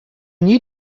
need